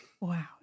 Wow